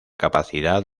capacidad